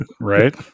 Right